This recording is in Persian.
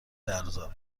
لرزم